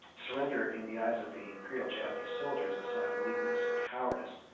surrender in the eyes of the imperial japanese soldiers, a sign of weakness, cowardice.